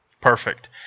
Perfect